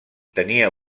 tenia